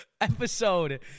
episode